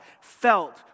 felt